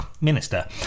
minister